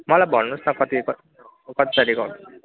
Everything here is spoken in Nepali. मलाई भन्नुहोस् न कति कति तारिक आउने